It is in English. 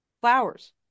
Flowers